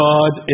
God